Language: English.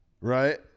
Right